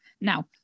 Now